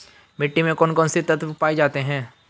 मिट्टी में कौन कौन से तत्व पाए जाते हैं?